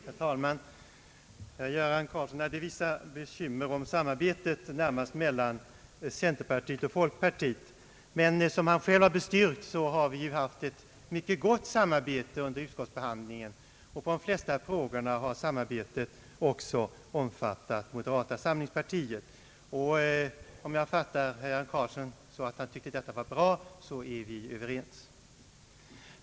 Herr talman! Herr Göran Karlsson hade vissa bekymmer beträffande samarbetet mellan centerpartiet och folkpartiet. Men som han själv bestyrkt har vi under utskottsbehandlingen haft ett mycket gott samarbete, vilket i de flesta frågor också innefattat moderata samlingspartiet. Om herr Karlsson har den uppfattningen att detta är bra, så är vi Överens.